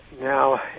now